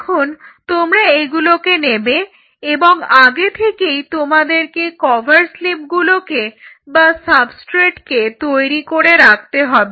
এখন তোমরা এগুলোকে নেবে এবং আগে থেকেই তোমাদেরকে কভার স্লিপগুলোকে বা সাবস্ট্রেটকে তৈরি করে রাখতে হবে